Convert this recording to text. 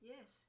Yes